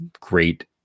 great